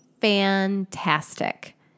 fantastic